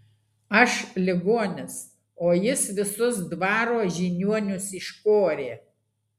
aš ligonis o jis visus dvaro žiniuonius iškorė